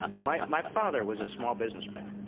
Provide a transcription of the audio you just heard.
ah my my father was a small businessman.